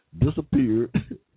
disappeared